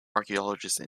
archaeological